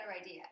idea